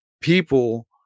people